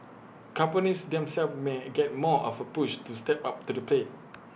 companies themselves may get more of A push to step up to the plate